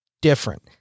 different